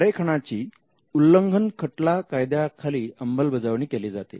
आरेखनाची उल्लंघन खटला कायद्याखाली अंमलबजावणी केली जाते